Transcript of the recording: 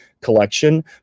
collection